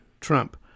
Trump